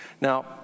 now